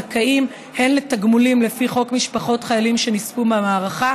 הזכאים הן לתגמולים לפי חוק משפחות חיילים שנספו במערכה